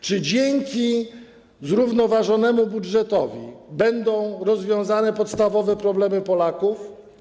Czy dzięki zrównoważonemu budżetowi będą rozwiązane podstawowe problemy Polaków?